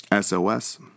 SOS